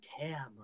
camera